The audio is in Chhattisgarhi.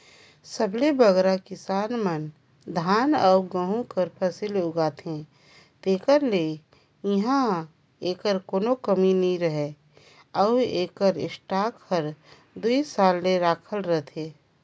सबले बगरा किसान मन धान अउ गहूँ कर फसिल उगाथें तेकर ले इहां एकर कोनो कमी नी रहें अउ एकर स्टॉक हर दुई साल ले रखाल रहथे